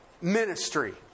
ministry